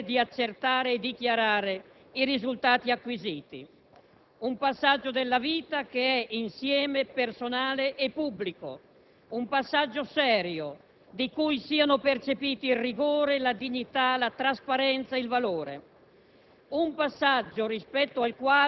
e la Repubblica ha il dovere di accertare e dichiarare i risultati acquisiti: un passaggio della vita che è insieme personale e pubblico, un passaggio serio, di cui siano percepiti il rigore, la dignità, la trasparenza, il valore;